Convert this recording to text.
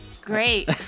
Great